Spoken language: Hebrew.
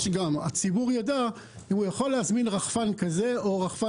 הציבור יידע מראש אם הוא יכול להזמין רחפן כזה או אחר.